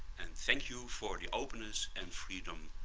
and thank you for the openness and freedom.